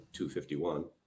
251